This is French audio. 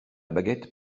baguette